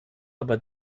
aber